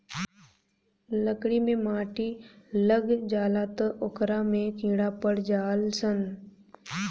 लकड़ी मे माटी लाग जाला त ओकरा में कीड़ा पड़ जाल सन